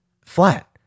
flat